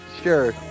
sure